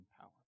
power